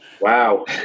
Wow